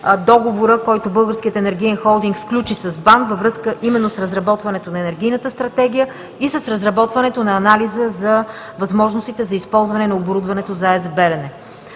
договора, който Българският енергиен холдинг сключи с БАН във връзка именно с разработването на енергийната стратегия и с разработването на анализа за възможностите за използване на оборудването за АЕЦ „Белене“.